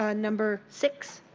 ah number six?